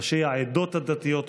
ראשי העדות הדתיות בישראל,